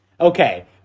Okay